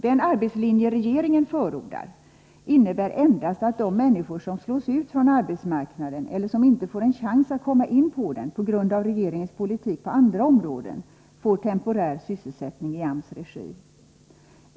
Den ”arbetslinje” regeringen förordar innebär endast att de människor som slås ut från arbetsmarknaden eller som inte får en chans att komma in på den på grund av regeringens politik på andra områden får temporär sysselsättning i AMS:s regi.